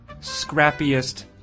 scrappiest